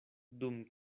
dum